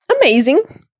amazing